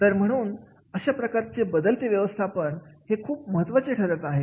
तर म्हणून अशा प्रकारचे बदलाचे व्यवस्थापन हे खूप खूप महत्त्वाचे ठरत आहे